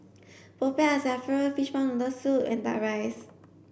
Popiah Sayur Fishball noodle soup and duck rice